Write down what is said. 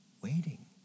Waiting